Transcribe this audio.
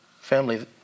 Family